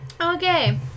okay